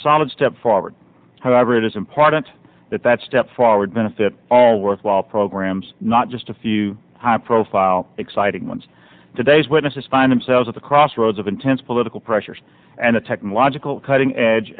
solid step forward however it is important that that step forward benefit all worthwhile programs not just a few high profile exciting ones today's witnesses find themselves at the crossroads of intense political pressures and a technological cutting edge